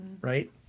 Right